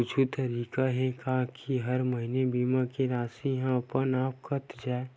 कुछु तरीका हे का कि हर महीना बीमा के राशि हा अपन आप कत जाय?